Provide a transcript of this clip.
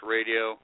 Radio